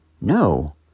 No